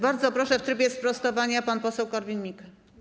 Bardzo proszę, w trybie sprostowania pan poseł Korwin-Mikke.